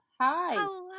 Hi